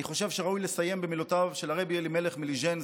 אני חושב שראוי לסיים במילותיו של רבי אלימלך מליז'נסק: